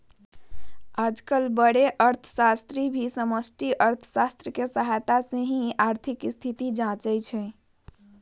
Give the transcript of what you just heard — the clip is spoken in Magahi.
आजकल बडे अर्थशास्त्री भी समष्टि अर्थशास्त्र के सहायता से ही आर्थिक स्थिति जांचा हई